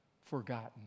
forgotten